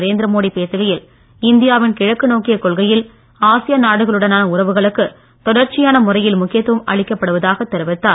நரேந்திர மோடி பேசுகையில் இந்தியாவின் கிழக்கு நோக்கிய கொள்கையில் ஆசியான் நாடுகளுடனான உறவுகளுக்கு தொடர்ச்சியான முறையில் முக்கியத்துவம் அளிக்கப்படுவதாக தெரிவித்தார்